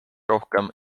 rohkem